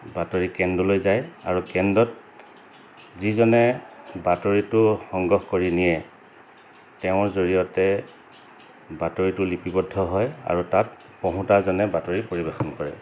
বাতৰি কেন্দ্ৰলৈ যায় আৰু কেন্দ্ৰত যিজনে বাতৰিটো সংগ্ৰহ কৰি নিয়ে তেওঁৰ জৰিয়তে বাতৰিটো লিপিবদ্ধ হয় আৰু তাত পঢ়োতাজনে বাতৰি পৰিৱেশন কৰে